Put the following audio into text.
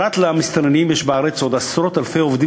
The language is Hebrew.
פרט למסתננים יש בארץ עוד עשרות אלפי עובדים